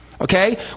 Okay